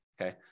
okay